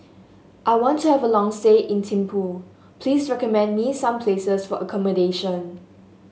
I want to have a long stay in Thimphu Please recommend me some places for accommodation